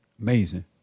Amazing